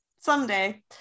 someday